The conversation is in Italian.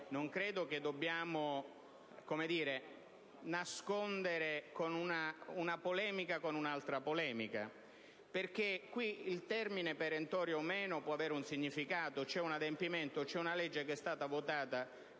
non credo dobbiamo nascondere una polemica con un'altra polemica. Il termine perentorio o meno può avere un significato. C'è un adempimento, c'è una legge che è stata votata